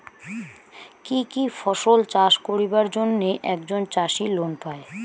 কি কি ফসল চাষ করিবার জন্যে একজন চাষী লোন পায়?